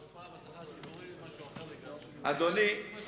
הקפאה בשכר הציבורי, זה משהו אחר לגמרי, נציגי